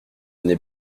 n’est